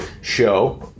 show